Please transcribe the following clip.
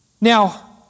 Now